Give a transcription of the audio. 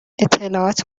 اطلاعات